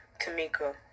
Tamika